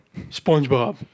SpongeBob